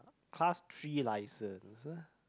class three license